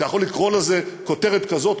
אתה יכול לתת לזה כותרת כזאת,